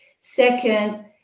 Second